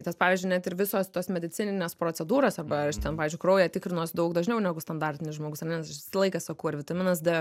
nes pavyzdžiui net ir visos tos medicininės procedūros arba aš ten pavyzdžiui kraują tikrinuosi daug dažniau negu standartinis žmogus ar ne aš visą laiką sakau ar vitaminas d